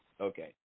Okay